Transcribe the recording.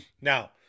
Now